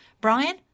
Brian